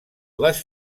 les